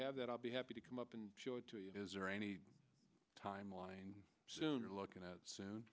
have that i'll be happy to come up and show it to you is there any timeline sooner looking at soon